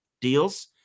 deals